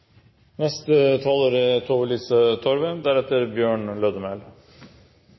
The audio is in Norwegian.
Neste taler er